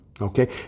Okay